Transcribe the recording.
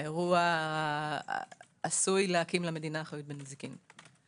האירוע עשוי להקים למדינה אחריות בנזיקין.